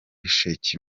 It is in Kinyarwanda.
sheki